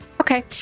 Okay